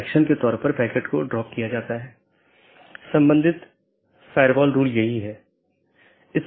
त्रुटि स्थितियों की सूचना एक BGP डिवाइस त्रुटि का निरीक्षण कर सकती है जो एक सहकर्मी से कनेक्शन को प्रभावित करने वाली त्रुटि स्थिति का निरीक्षण करती है